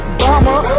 bomber